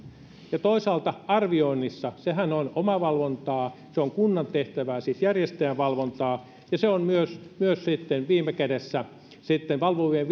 mukaan toisaalta arviointihan on omavalvontaa kunnan tehtävää siis järjestäjän valvontaa ja myös myös sitten viime kädessä valvovien